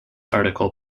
article